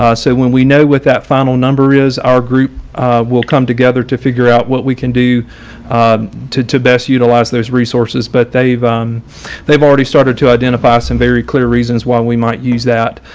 so when we know what that final number is, our group will come together to figure out what we can do to to best utilize those resources. but they've um they've already started to identify some very clear reasons why we might use that.